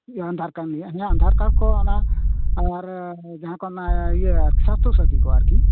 Aadhaar card ᱜᱮᱭᱟ Aadhaar card ᱠᱚ ᱚᱱᱟ ᱟᱨ ᱡᱟᱦᱟᱸ ᱠᱚ ᱚᱱᱟ ᱤᱭᱟᱹ ᱥᱟᱥᱛᱷᱚ ᱥᱟᱛᱷᱤ ᱠᱚ ᱟᱨᱠᱤ